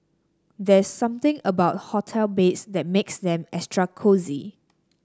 there's something about hotel beds that makes them extra cosy